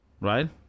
Right